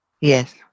Yes